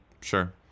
Sure